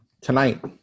tonight